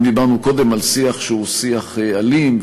אם דיברנו קודם על שיח שהוא שיח אלים,